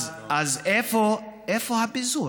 אז איפה הפיזור?